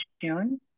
June